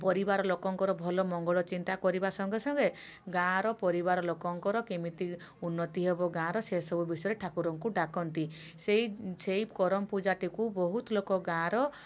ପରିବାର ଲୋକଙ୍କର ଭଲ ମଙ୍ଗଳ ଚିନ୍ତା କରିବା ସଙ୍ଗେସଙ୍ଗେ ଗାଁ' ର ପରିବାର ଲୋକଙ୍କର କେମିତି ଉନ୍ନତି ହେବ ଗାଁ' ର ସେସବୁ ବିଷୟରେ ଠାକୁରଙ୍କୁ ଡାକନ୍ତି ସେଇ ସେଇ କରମ୍ ପୂଜାଟିକୁ ବହୁତ ଲୋକ ଗାଁ' ର